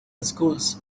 schools